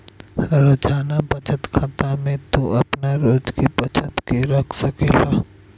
रोजाना बचत खाता में तू आपन रोज के बचत के रख सकेला